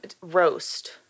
roast